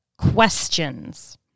questions